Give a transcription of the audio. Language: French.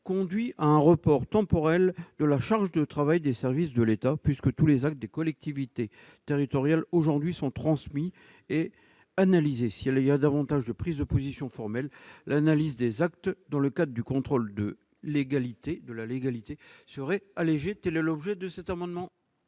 conduirait à un report temporel de la charge de travail des services de l'État, puisque tous les actes des collectivités territoriales sont aujourd'hui transmis et analysés. S'il y a davantage de prises de position formelle, l'analyse des actes dans le cadre du contrôle de légalité sera allégée. Quel est l'avis de la commission